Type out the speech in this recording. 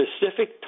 specific